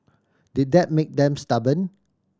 did that make them stubborn